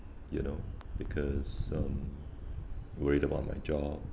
you know because um worried about my job